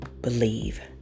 believe